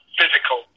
physical